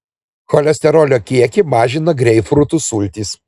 cholesterolio kiekį mažina greipfrutų sultys